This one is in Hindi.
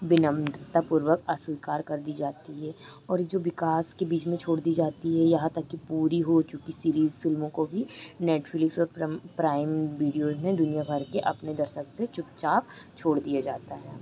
बिनम्रतापूर्वक अस्वीकार कर दी जाती है और जो विकास के बीच में छोड़ दी जाती है यहाँ तक कि पूरी हो चुकी सिरीज़ फ़िल्मों को भी नेटफ़्लिक्स और प्रम प्राइम बीडियोज़ ने दुनिया भर के अपने दस्तक से चुपचाप छोड़ दिया जाता है